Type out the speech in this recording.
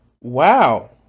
wow